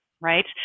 right